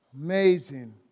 Amazing